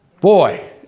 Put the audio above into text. Boy